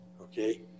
okay